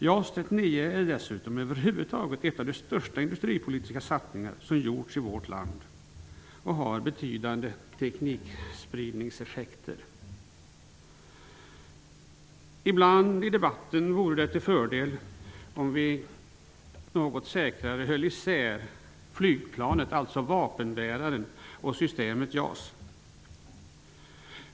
JAS 39 är dessutom en av de största industripolitiska satsningar som över huvud taget har gjorts i vårt land, och den har betydande teknikspridningseffekter. Ibland vore det en fördel om vi i debatten något bättre höll isär begreppen. Det handlar om flygplanet, dvs. vapenbäraren, och systemet JAS.